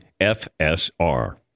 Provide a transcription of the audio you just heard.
FSR